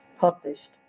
published